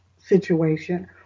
situation